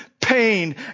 pain